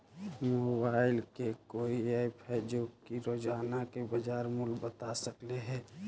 Mobile के कोइ app है जो कि रोजाना के बाजार मुलय बता सकले हे?